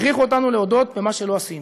הכריחו אותנו להודות במה שלא עשינו.